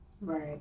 Right